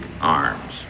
arms